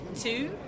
two